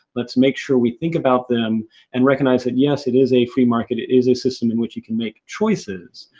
let's make sure we think about them and recognize that, yes, it is a free market. it is a system in which you can make choices,